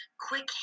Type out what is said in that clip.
quick